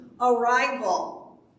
arrival